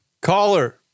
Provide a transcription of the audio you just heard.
Caller